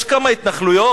יש כמה התנחלויות,